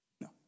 No